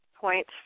point